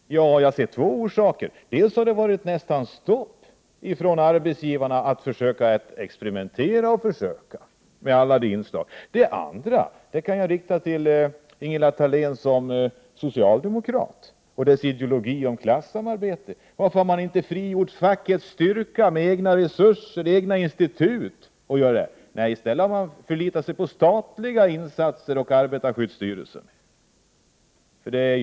Jag ser två orsaker till detta. Den första orsaken är att det nästan har varit stopp på arbetsgivarsidan när det gällt att genomföra experiment och försök av olika slag. Den andra orsaken är att finna i en fråga som jag kan rikta till Ingela Thalén som socialdemokrat och som gäller den socialdemokratiska ideologin om klassamarbete: Varför har man inte frigjort fackets styrka för att med egna resurser och egna institut genomföra sådana försök? I stället har man förlitat sig på arbetarskyddsstyrelsen, på statliga insatser.